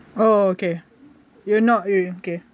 oh okay you're not okay